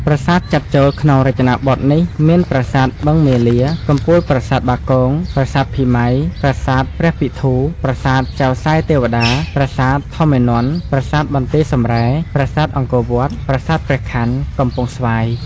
ប្រាសាទចាត់ចូលក្នុងរចនាបថនេះមាន ប្រាសាទបឹងមាលា កំពូលប្រាសាទបាគង ប្រាសាទភីម៉ាយ ប្រាសាទព្រះពិធូ ប្រាសាទចៅសាយទេវតា ប្រាសាទធម្មានន្ទ ប្រាសាទបន្ទាយសំរ៉ែ ប្រាសាទអង្គរវត្ត ប្រាសាទ ព្រះខន័ កំពង់ស្វាយ ។